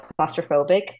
claustrophobic